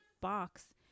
box